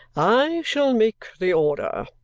i shall make the order.